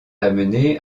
amené